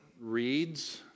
reads